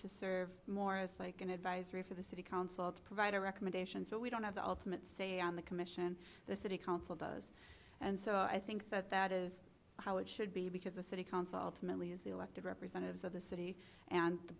to serve more is like an advisory for the city council to provide a recommendations but we don't have the ultimate say on the commission the city council does and so i think that that is how it should be because the city council to mentally is the elected representatives of the city and the